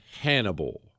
Hannibal